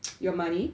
your money